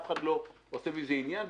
אף אחד לא עושה מזה עניין,